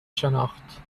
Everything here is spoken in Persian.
شناخت